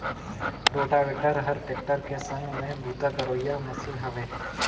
rotavator हर tractor के संघ में बूता करोइया मसीन हवे